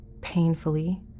painfully